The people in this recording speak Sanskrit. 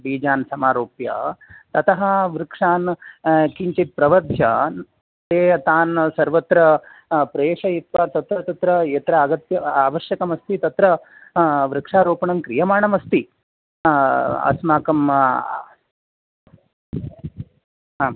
बीजान् समारोप्य ततः वृक्षान् किञ्चित् प्रवर्ध्य ते तान् सर्वत्र प्रेषयित्वा तत्र तत्र यत्र आगत्य आवश्यकं अस्ति तत्र वृक्षारोपणं क्रियमाणमस्ति अस्माकं आम्